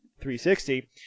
360